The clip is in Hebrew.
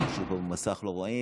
לוועדה שתקבע ועדת הכנסת נתקבלה.